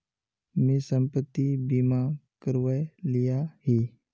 मी संपत्ति बीमा करवाए लियाही